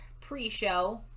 pre-show